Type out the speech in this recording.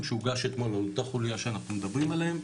שהוגש אתמול על אותה חוליה שאנחנו מדברים עליהם,